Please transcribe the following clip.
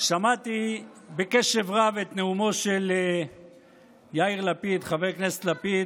שמעתי בקשב רב את נאומו של חבר הכנסת יאיר לפיד,